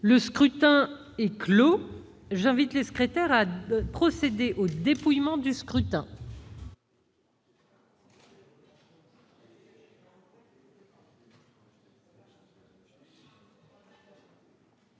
Le scrutin est clos. J'invite Mmes et MM. les secrétaires à procéder au dépouillement du scrutin.